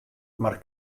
mar